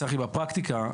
צחי, בפרקטיקה,